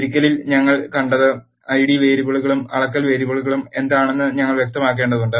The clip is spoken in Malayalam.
ഉരുകലിൽ ഞങ്ങൾ കണ്ടത് ഐഡി വേരിയബിളുകളും അളക്കൽ വേരിയബിളുകളും എന്താണെന്ന് ഞങ്ങൾ വ്യക്തമാക്കേണ്ടതുണ്ട്